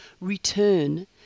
return